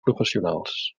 professionals